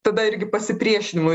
tada irgi pasipriešinimui